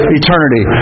eternity